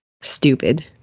stupid